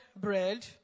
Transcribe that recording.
bread